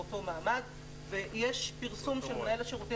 באותו מעמד" יש פרסום של מנהל השירותים